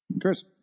Chris